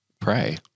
pray